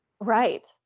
Right